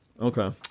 Okay